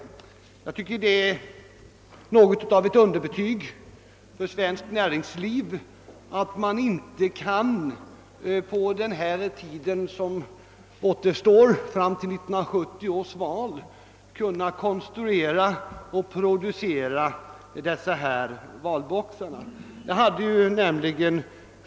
Jag tycker att det är något av ett underbetyg för svenskt näringsliv, att företagen inte på den tid som återstår fram till 1970 års val kan konstruera och producera sådana valboxar.